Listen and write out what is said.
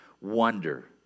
wonder